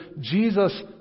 Jesus